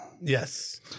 Yes